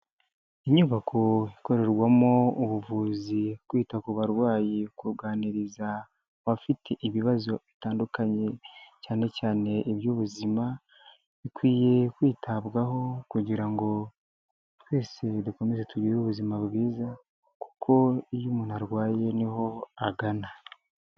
Inyubako ikorerwamo ubuvuzi, kwita ku barwayi, kuganiriza abafite ibibazo bitandukanye cyane cyane iby'ubuzima, bikwiye kwitabwaho kugira ngo twese dukomeze tugire ubuzima bwiza, kuko iyo umuntu arwaye niho agana.